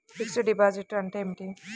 Fixed డిపాజిట్లు అంటే ఏమిటి?